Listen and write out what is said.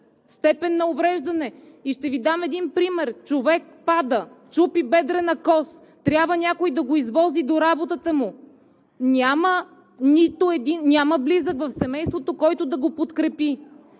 степен на увреждане. И ще Ви дам един пример: човек пада, чупи бедрена кост, трябва някой да го извози до работата му. Няма близък в семейството, който да го подкрепи.